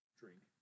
drink